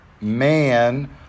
man